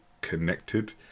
connected